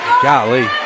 Golly